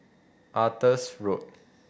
Arthur's Road